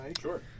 Sure